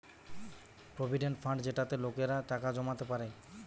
provident fund যেটাতে লোকেরা টাকা জমাতে পারে